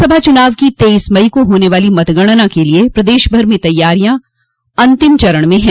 लोकसभा चुनाव की तेईस मई को होने वाली मतगणना के लिये प्रदेश भर में तैयारियां अंतिम चरण में है